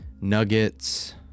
Nuggets